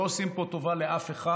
לא עושים פה טובה לאף אחד.